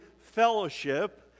fellowship